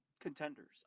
contenders